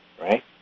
right